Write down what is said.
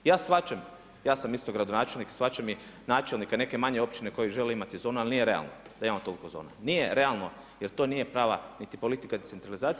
Ja shvaćam, ja sam isto gradonačelnik, shvaćam i načelnika i neke manje općine koje žele imati zonu ali nije realno da imamo toliko zona, nije realno jer to nije prava niti politika centralizacije.